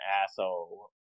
asshole